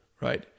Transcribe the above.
right